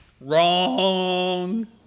Wrong